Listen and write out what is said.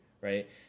right